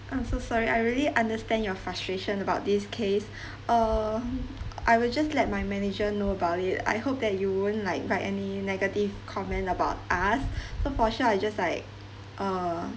I'm so sorry I really understand your frustration about this case err I will just let my manager know about it I hope that you won't like write any negative comment about us so for sure I'll just like err